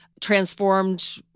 transformed –